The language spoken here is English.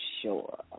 sure